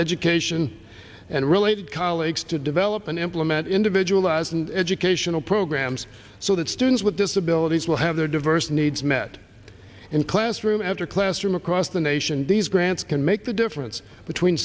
education and related colleagues to develop and implement individual as an educational programs so that students with disabilities will have their diverse needs met and classroom after classroom across the nation these grants can make the difference between